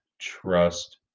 Trust